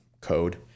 code